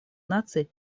наций